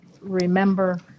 remember